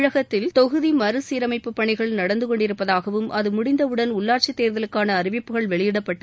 தமிழகத்தில் தொகுதி மறுசீரமைப்பு பணிகள் நடந்து கொண்டிருப்பதாகவும் அது முடிந்தவுடன் உள்ளாட்சி தேர்தலுக்கான அறிவிப்புகள் வெளியிடப்பட்டு